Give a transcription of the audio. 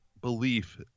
belief